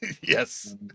yes